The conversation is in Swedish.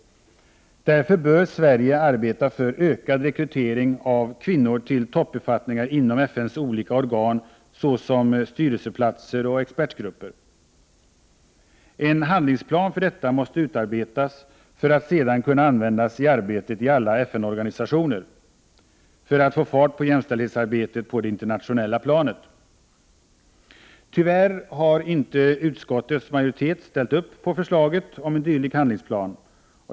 Därför bör Sverige arbeta för ökad rekrytering av kvinnor till toppbefattningar, såsom styrelseplatser och expertgruppsplatser, inom FN:s olika organ. En handlingsplan för detta måste utarbetas för att sedan kunna användas i arbetet i alla FN-organisationer för att man skall få fart på jämställdhetsarbetet på det internationella planet. Tyvärr har utskottets majoritet inte ställt upp bakom förslaget om en dylik handlingsplan.